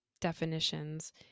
definitions